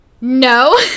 no